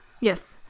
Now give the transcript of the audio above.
Yes